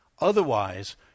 Otherwise